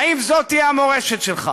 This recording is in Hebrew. האם זאת תהיה המורשת שלך,